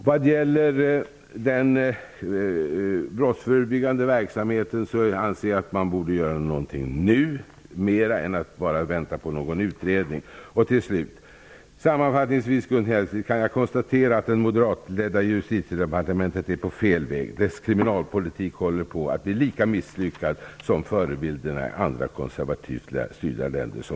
Vad gäller den brottsförebyggande verksamheten anser jag att man borde göra någonting mer än att bara vänta på en utredning. Sammanfattningsvis kan jag konstatera, Gun Justitiedepartementet är på fel väg. Dess kriminalpolitik håller på att bli lika misslyckad som förebilderna i andra konservativt styrda länder som